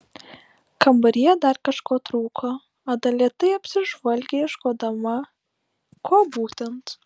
kambaryje dar kažko trūko ada lėtai apsižvalgė ieškodama ko būtent